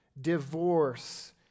divorce